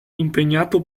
impegnato